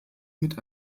mit